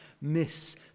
miss